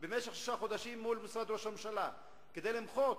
במשך שישה חודשים מול משרד ראש הממשלה, כדי למחות.